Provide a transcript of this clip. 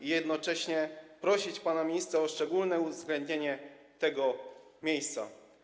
i jednocześnie prosić pana ministra o szczególne uwzględnienie tego miejsca.